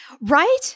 Right